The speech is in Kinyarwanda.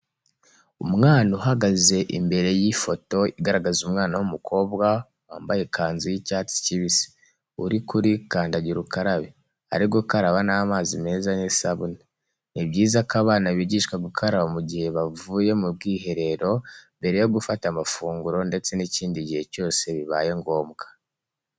Umwana uhagaze imbere y'ifoto igaragaza umwana w'umukobwa wamabaye ikanzu y'icyatsi kibisi uri kuri kandagirukarabe, ari gukaraba n'amazi meza n'isabune. Ni byiza ko abana bigishwa gukaraba mu gihe bavuye mu bwiherero, mbere yo gufata amafunguro ndetse n'ikindi gihe cyose bibaye ngombwa.